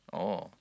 oh